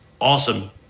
awesome